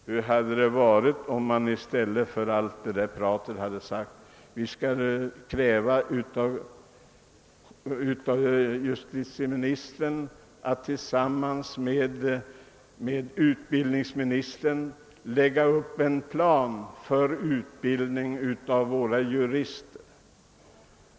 Hur skulle det ha varit om man i stället för allt detta prat hade krävt att justitieministern tillsammans med utbildningsministern skulle lägga upp en plan för utbildning av våra jurister?